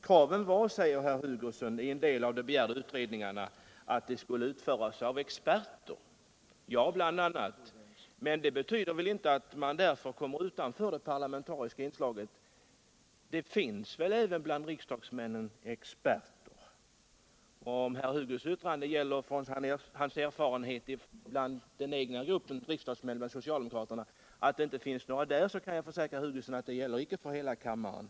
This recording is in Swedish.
Kraven var, säger herr Hugosson, att en del av de begärda utredningarna skulle utföras av experter. Ja, bl.a. Men det betyder väl inte att man därför kommer utanför det parlamentariska inslaget. Det finns experter även bland riksdagsmännen. Om herr Hugossons yttrande grundas på erfarenheter av att det inom den egna gruppen socialdemokratiska riksdagsmän inte finns några experter, så kan jag försäkra herr Hugosson att det gäller icke för hela kammaren.